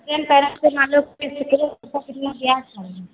जैसे हम कह रहें जैसे मान लो क़िस्त पर लो उसका कितना ब्याज पड़ेगा